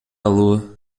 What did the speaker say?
lua